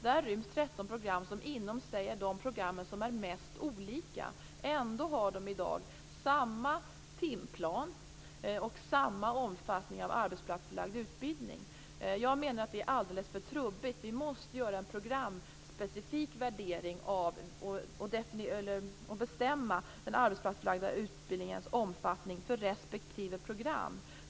Där ryms 13 program som är de program som är mest olika. Ändå har de i dag samma timplan och samma omfattning av den arbetsplatsförlagda utbildningen. Jag menar att det är alldeles för trubbigt. Vi måste göra en programspecifik värdering och bestämma den arbetsplatsförlagda utbildningens omfattning för respektive program.